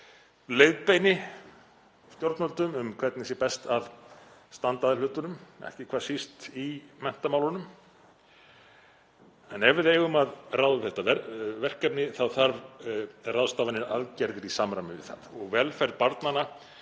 leiðbeini stjórnvöldum um hvernig sé best að standa að hlutunum, ekki hvað síst í menntamálunum, en ef við eigum að ráða við þetta verkefni þá þarf ráðstafanir og aðgerðir í samræmi við það. Velferð barnanna